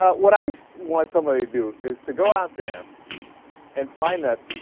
ah what i've what somebody do is to go out there and find that